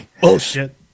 Bullshit